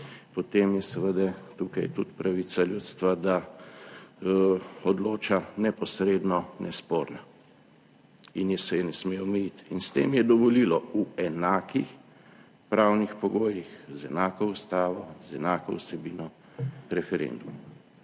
potem je seveda tukaj tudi pravica ljudstva, da odloča neposredno, nesporna in je, se je ne sme omejiti in s tem je dovolilo v enakih pravnih pogojih, z enako Ustavo, z enako vsebino referenduma.